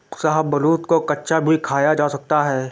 शाहबलूत को कच्चा भी खाया जा सकता है